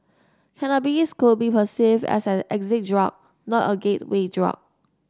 cannabis could be perceived as an exit drug not a gateway drug